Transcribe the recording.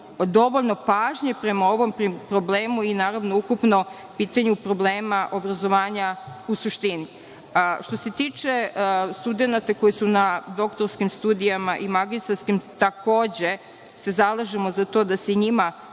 dovoljno pažnje prema ovom problemu i ukupnom pitanju problema obrazovanja u suštini. Što se tiče studenata koji su na doktorskim i magistarskim studijama, takođe se zalažemo za to da se njima